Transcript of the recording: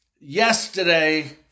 yesterday